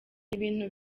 ibintu